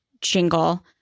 jingle